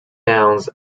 downs